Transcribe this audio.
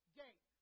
gate